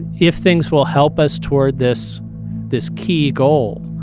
if things will help us toward this this key goal,